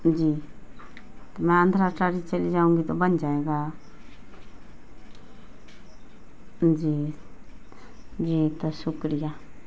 جی تو میں آندھا ٹاری چلی جاؤں گی تو بن جائے گا جی جی تو شکریہ